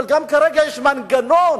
אבל כרגע יש מנגנון